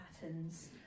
patterns